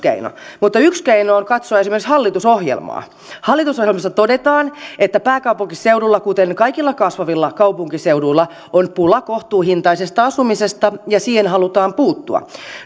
keino mutta yksi keino on katsoa esimerkiksi hallitusohjelmaa hallitusohjelmassa todetaan että pääkaupunkiseudulla kuten kaikilla kasvavilla kaupunkiseuduilla on pula kohtuuhintaisesta asumisesta ja siihen halutaan puuttua